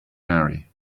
marry